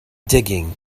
digging